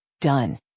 Done